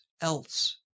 else